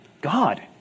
God